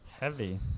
Heavy